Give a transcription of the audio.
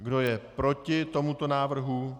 Kdo je proti tomuto návrhu?